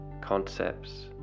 concepts